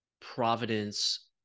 Providence